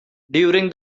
during